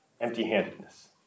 empty-handedness